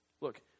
Look